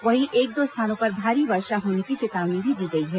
वहीं एक दो स्थानों पर भारी वर्षा होने की चेतावनी भी दी है